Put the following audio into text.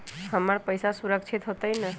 हमर पईसा सुरक्षित होतई न?